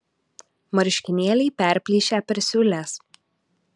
marškinėliai perplyšę per siūles